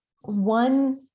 one